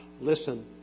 listen